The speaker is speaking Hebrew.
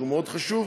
שהוא מאוד חשוב.